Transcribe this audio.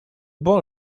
boy